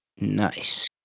Nice